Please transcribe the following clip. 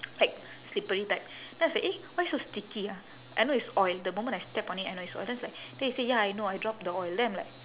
like slippery type then I say eh why so sticky ah I know it's oil the moment I step on it I know it's oil then I was like then he say ya I know I dropped the oil then I'm like